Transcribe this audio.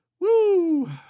Woo